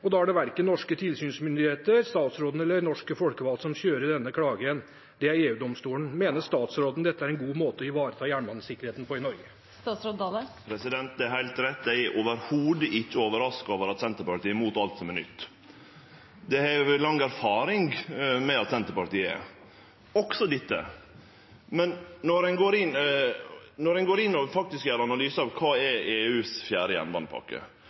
og da er det verken norske tilsynsmyndigheter, statsråden eller norske folkevalgte som kjører denne klagen. Det er EU-domstolen. Mener statsråden dette er en god måte å ivareta jernbanesikkerheten på i Norge? Det er heilt rett: Eg er absolutt ikkje overraska over at Senterpartiet er imot alt som er nytt. Det har vi lang erfaring med at Senterpartiet er – også dette. Men når ein går inn og faktisk gjer ein analyse av EUs fjerde jernbanepakke,